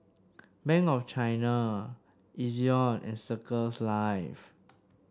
Bank of China Ezion and Circles Life